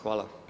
Hvala.